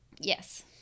yes